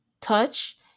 touch